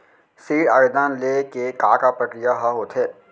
ऋण आवेदन ले के का का प्रक्रिया ह होथे?